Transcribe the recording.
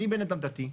אני בן אדם דתי,